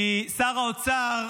כי שר האוצר,